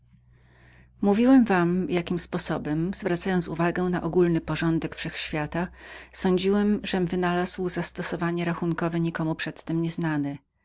mówiłem wam jakim sposobem zwracając uwagę na ogólny porządek wszech świata sądziłem żem wynalazł zastosowania rachunkowe od nikogo przedtem nieznane